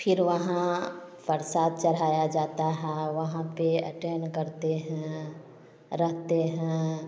फिर वहाँ प्रसाद चढ़ाया जाता है वहाँ पर अटेंड करते हैं रखते हैं